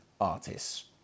artists